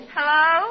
Hello